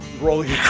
rolling